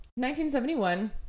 1971